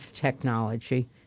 technology